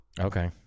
Okay